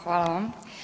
Hvala vam.